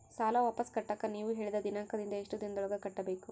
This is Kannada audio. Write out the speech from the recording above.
ಸಾಲ ವಾಪಸ್ ಕಟ್ಟಕ ನೇವು ಹೇಳಿದ ದಿನಾಂಕದಿಂದ ಎಷ್ಟು ದಿನದೊಳಗ ಕಟ್ಟಬೇಕು?